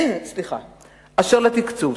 אשר לתקצוב,